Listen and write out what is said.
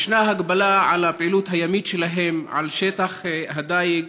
ישנה הגבלה על הפעילות הימית שלהם, על שטח הדיג.